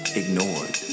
ignored